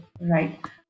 right